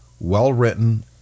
well-written